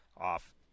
off